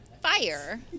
Fire